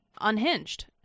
unhinged